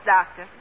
Doctor